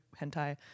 hentai